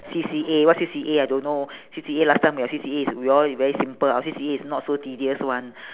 C_C_A what C_C_A I don't know C_C_A last time your C_C_A is we all is very simple our C_C_A is not so tedious [one]